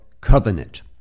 covenant